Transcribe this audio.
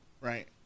Right